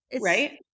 Right